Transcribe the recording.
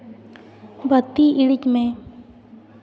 ᱵᱟᱹᱛᱤ ᱤᱲᱤᱡᱽ ᱢᱮ